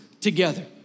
together